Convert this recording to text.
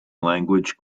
language